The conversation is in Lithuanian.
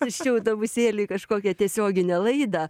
tuščiu autobusėliu į kažkokią tiesioginę laidą